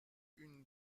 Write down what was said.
une